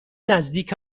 نزدیک